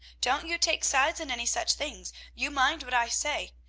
don't you take sides in any such things you mind what i say!